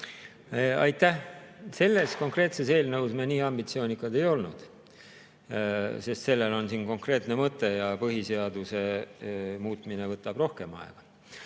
Aitäh! Selles konkreetses eelnõus me nii ambitsioonikad ei ole, sest sellel on konkreetne mõte ja põhiseaduse muutmine võtab rohkem aega.